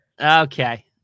Okay